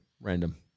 random